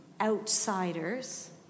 outsiders